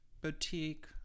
boutique